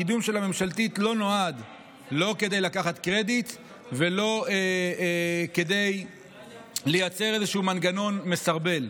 קידום הממשלתית לא נועד לקחת קרדיט ולא לייצר איזשהו מנגנון מסרבל,